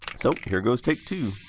so here goes take two.